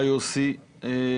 תודה.